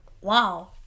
Wow